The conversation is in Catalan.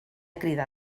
cridar